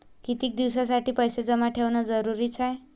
कितीक दिसासाठी पैसे जमा ठेवणं जरुरीच हाय?